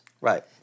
Right